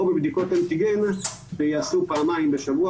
או בבדיקות אנטיגן שייעשו פעמיים בשבוע,